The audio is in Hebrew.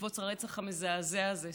בעקבות הרצח המזעזע הזה,